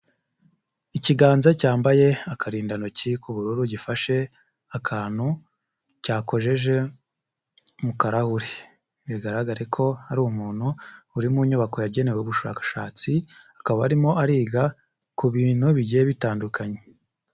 Ikiganza cyambaye akarindantoki k'ubururu gifashe akantu cyakojeje mu karahure, bigaragare ko hari umuntu uri mu nyubako yagenewe ubushakashatsi akaba arimo ariga ku bintu bigiye bitandukanye.